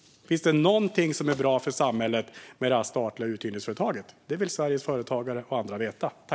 Finns det något som är bra för samhället med detta statliga uthyrningsföretag? Det vill Sveriges företagare och andra veta.